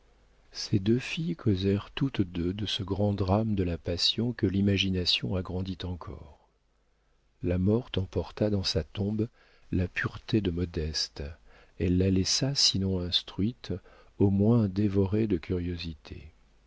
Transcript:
ces deux filles causèrent toutes deux de ce grand drame de la passion que l'imagination agrandit encore la morte emporta dans sa tombe la pureté de modeste elle la laissa sinon instruite au moins dévorée de curiosité